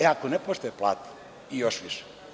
Ako ne poštuje, plati i još više.